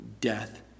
death